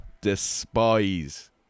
despise